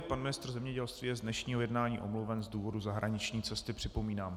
Pan ministr zemědělství je z dnešního jednání omluven z důvodu zahraniční cesty, připomínám.